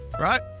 right